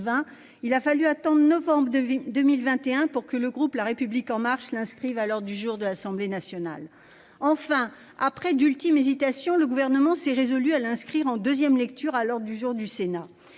il a fallu attendre novembre 2021 pour que le groupe La République en Marche l'inscrive à l'ordre du jour de l'Assemblée nationale. Enfin, après d'ultimes hésitations, le Gouvernement s'est résolu à l'inscrire en deuxième lecture à l'ordre du jour du Sénat.